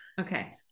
Okay